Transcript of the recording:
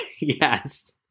Yes